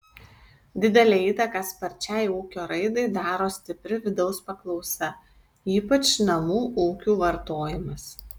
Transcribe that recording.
didelę įtaką sparčiai ūkio raidai daro stipri vidaus paklausa ypač namų ūkių vartojimas